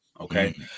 okay